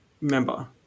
member